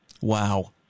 wow